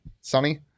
Sonny